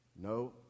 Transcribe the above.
No